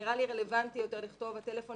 נראה לי רלוונטי יותר לכתוב "הטלפון